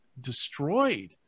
destroyed